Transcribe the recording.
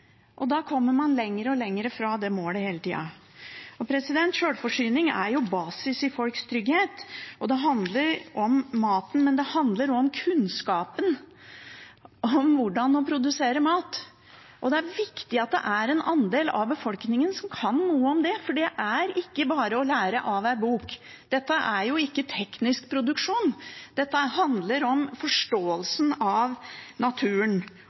og da kommer man lenger og lenger fra det målet hele tida. Sjølforsyning er basis i folks trygghet. Det handler om maten, men det handler også om kunnskapen om hvordan man produserer mat. Det er viktig at en andel av befolkningen kan noe om det, for det er ikke bare å lære dette av ei bok. Dette er ikke teknisk produksjon. Dette handler om forståelsen av naturen